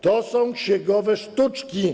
To są księgowe sztuczki.